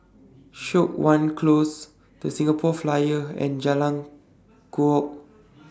Siok Wan Close The Singapore Flyer and Jalan Kukoh